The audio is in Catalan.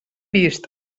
vist